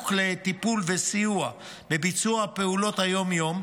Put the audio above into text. לטיפול וסיוע בביצוע פעולות היום-יום,